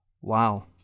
wow